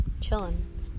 chilling